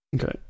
Okay